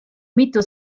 mitu